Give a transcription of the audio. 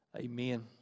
amen